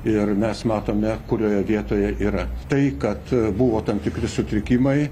ir mes matome kurioje vietoje yra tai kad buvo tam tikri sutrikimai